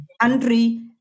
country